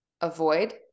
avoid